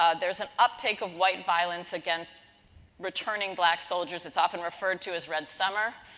ah there's an uptake of white violence against returning black soldiers. it's often referred to as red summer.